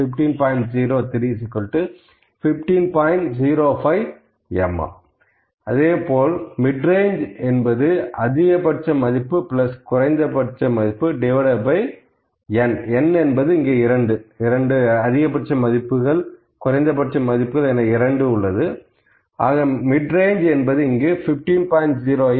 05 mm Midrange அதிகபட்ச மதிப்பு குறைந்தபட்ச மதிப்பு n Midrange 15